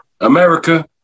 America